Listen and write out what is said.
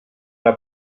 anar